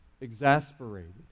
exasperated